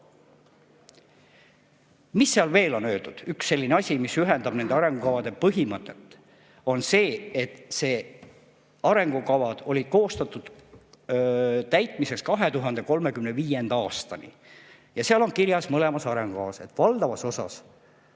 Mis seal veel on öeldud? Üks selline asi, mis ühendab nende arengukavade põhimõtteid, on see, et need arengukavad olid koostatud täitmiseks 2035. aastani. Mõlemas arengukavas on kirjas, et valdavas osas